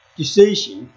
decision